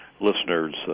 Listeners